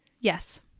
Yes